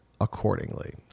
accordingly